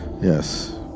Yes